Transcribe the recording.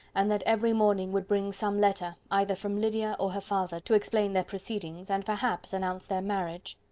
and that every morning would bring some letter, either from lydia or her father, to explain their proceedings, and, perhaps, announce their marriage.